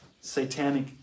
Satanic